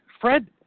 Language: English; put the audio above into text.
fred